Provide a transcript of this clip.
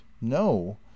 no